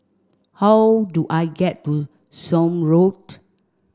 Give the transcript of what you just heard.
how do I get to Somme Road